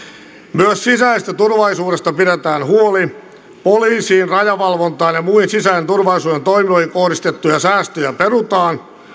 myös sisäisestä turvallisuudesta pidetään huoli poliisiin rajavalvontaan ja muihin sisäisen turvallisuuden toimijoihin kohdistettuja säästöjä perutaan